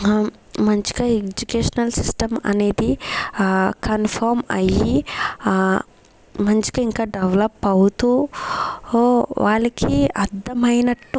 మంచిగా educational system అనేది confirm అయ్యి మంచిగా ఇంకా డెవలప్ అవుతూ ఓ వాళ్ళకి అర్దం అయినట్టు